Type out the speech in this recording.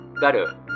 Better